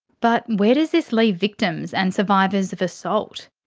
but, where does this leave victims and survivors of assault?